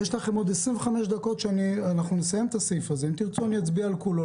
נסיים את הסעיף הזה, ואם תרצו נצביע על כולו.